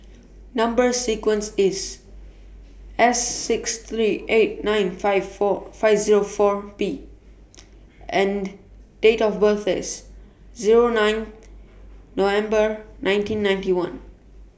Number sequence IS S six three eight nine five four five Zero four P and Date of birth IS Zero nine November nineteen ninety one